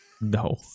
no